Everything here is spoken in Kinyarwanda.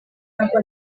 ntabwo